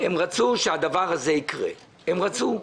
הם רצו שהדבר הזה יקרה, הם רצו.